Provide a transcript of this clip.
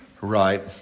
right